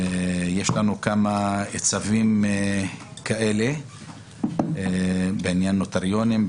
יש לנו כמה צווים כאלה בעניין נוטריונים,